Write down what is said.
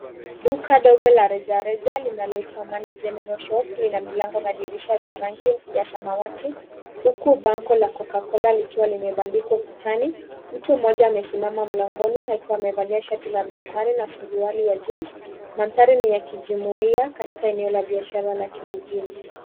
Duka dogo la rejareja linaloitwa Amani General Shop lina milango na madirisha vya rangi ya samawati huku bango la cocacola likiwa limebandikwa ukutani. Mtu mmoja amesimama mlangoni akiwa amevalia shati la mistari na suruali ya jeans . Mandhari ni ya kijumuia katika eneo la biashara la kijijini.